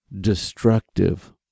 destructive